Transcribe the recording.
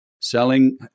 selling